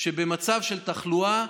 שבמצב של תחלואה,